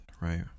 right